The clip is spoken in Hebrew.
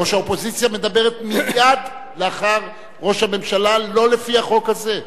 ראש האופוזיציה מדבר מייד לאחר ראש הממשלה לא לפי החוק הזה,